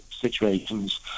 situations